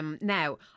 Now